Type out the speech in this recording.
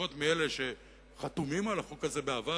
לפחות מאלה שחתומים על החוק הזה מהעבר,